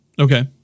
Okay